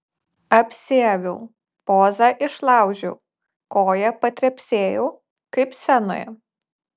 apsiaviau pozą išlaužiau koja patrepsėjau kaip scenoje